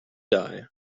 die